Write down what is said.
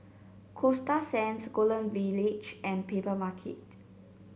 Coasta Sands Golden Village and Papermarket